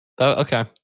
Okay